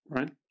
Right